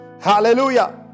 Hallelujah